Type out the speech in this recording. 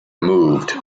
moved